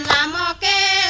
riamemaaka